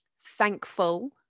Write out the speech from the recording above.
thankful